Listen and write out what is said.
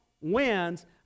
wins